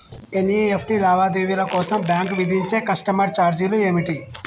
NEFT లావాదేవీల కోసం bank విధించే కస్టమర్ ఛార్జీలు ఏమిటి?